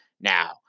now